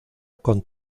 con